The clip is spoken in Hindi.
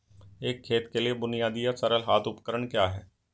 एक खेत के लिए बुनियादी या सरल हाथ उपकरण क्या हैं?